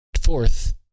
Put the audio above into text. fourth